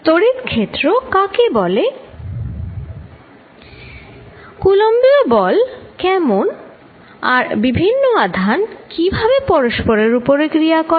কুলম্বীয় বলCoulombs force কেমন আর বিভিন্ন আধান কিভাবে পরস্পরের উপর ক্রিয়া করে